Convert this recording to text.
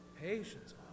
patience